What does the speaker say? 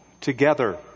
together